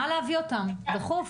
נא להביא אותם דחוף.